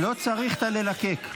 אתם מבינים בללקק.